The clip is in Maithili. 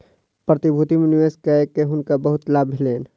प्रतिभूति में निवेश कय के हुनका बहुत लाभ भेलैन